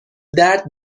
درد